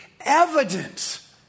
evidence